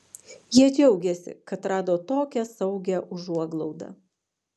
jie džiaugiasi kad rado tokią saugią užuoglaudą